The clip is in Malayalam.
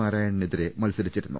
നാരായണനെതിരെ മത്സരിച്ചിരുന്നു